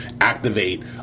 activate